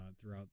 throughout